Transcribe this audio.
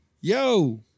Yo